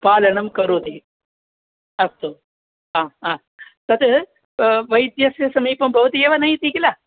पालनं करोति अस्तु हा हा तत् वैद्यस्य समीपं भवती एव नयति किल